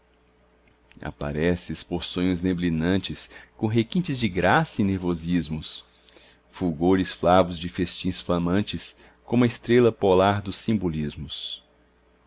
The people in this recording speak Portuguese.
apareces por sonhos neblinantes com requintes de graça e nervosismos fulgores flavos de festins flamantes como a estrela polar dos simbolismos